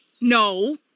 No